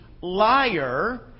liar